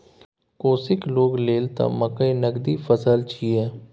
कोशीक लोग लेल त मकई नगदी फसल छियै